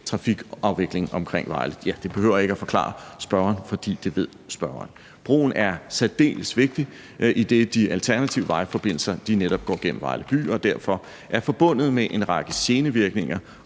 trafikafvikling omkring Vejle. Ja, det behøver jeg ikke at forklare spørgeren, for det ved spørgeren. Broen er særdeles vigtig, idet de alternative vejforbindelser netop går gennem Vejle by og derfor er forbundet med en række genevirkninger